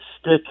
stick